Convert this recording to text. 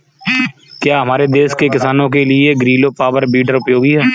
क्या हमारे देश के किसानों के लिए ग्रीलो पावर वीडर उपयोगी है?